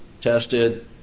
tested